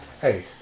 hey